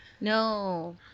No